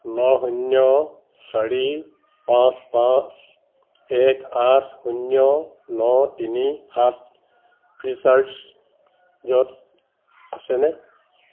ন শূন্য চাৰি পাঁচ পাঁচ এক আঠ শূন্য ন তিনি সাত ফ্ৰী চাৰ্জত আছেনে